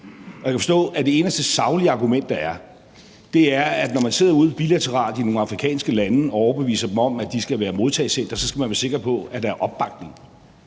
Jeg kan forstå, at det eneste saglige argument, der er, er, at når man sidder ude bilateralt i nogle afrikanske lande og overbeviser dem om, at de skal være modtagecenter, så skal man være sikker på, at der er opbakning.